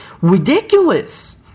ridiculous